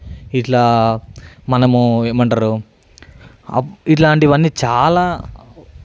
ఇట్లా మనము ఏమంటారో ఇట్లాంటివన్నీ చాలా